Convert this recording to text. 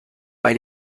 bei